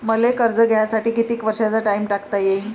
मले कर्ज घ्यासाठी कितीक वर्षाचा टाइम टाकता येईन?